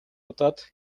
удаад